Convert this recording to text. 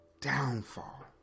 downfall